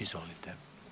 Izvolite.